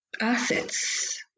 assets